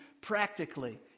practically